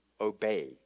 obey